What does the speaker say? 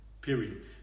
Period